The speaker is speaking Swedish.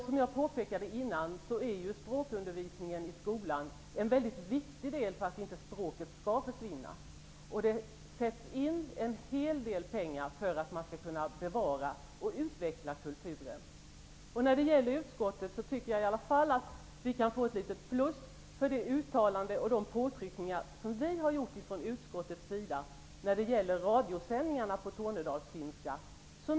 Som jag påpekade tidigare är språkundervisningen i skolan en viktig del för att språket inte skall försvinna, och det sätts in en hel del pengar för att man skall kunna bevara och utveckla kulturen. Jag tycker att utskottet i alla fall kan få ett litet plus för det uttalande som vi har gjort när det gäller radiosändningarna på tornedalsfinska.